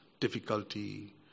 difficulty